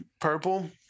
Purple